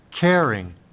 caring